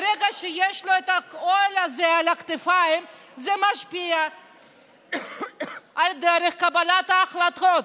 ברגע שיש לו את העול הזה על הכתפיים זה משפיע על דרך קבלת ההחלטות,